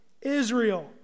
Israel